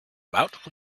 about